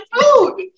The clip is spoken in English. food